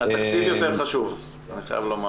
התקציב יותר חשוב מהדיון.